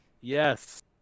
Yes